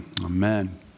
Amen